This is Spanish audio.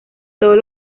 todos